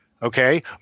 Okay